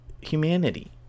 humanity